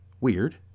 Weird